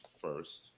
first